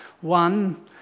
One